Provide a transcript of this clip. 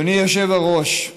אדוני היושב-ראש,